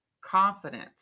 confidence